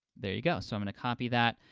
there you go, so i'm gonna copy that.